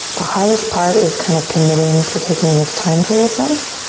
the hardest part is kind of committing to taking this time for yourself.